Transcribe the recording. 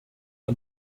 are